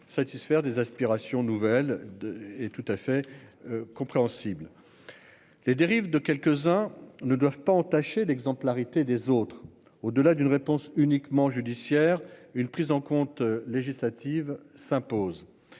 satisfaire des aspirations nouvelles de et tout à fait. Compréhensible. Les dérives de quelques-uns ne doivent pas entacher l'exemplarité des autres au delà d'une réponse uniquement judiciaire une prise en compte. Législatives s'impose.